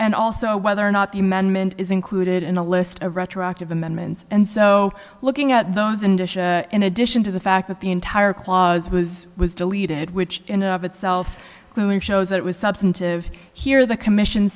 and also whether or not the amendment is included in a list of retroactive amendments and so looking at those and in addition to the fact that the entire clause was was deleted which in and of itself shows that it was substantive here the commission